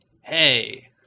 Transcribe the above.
Hey